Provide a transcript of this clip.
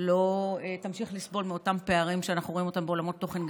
לא תמשיך לסבול מאותם פערים שאנחנו רואים בעולמות תוכן,